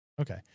Okay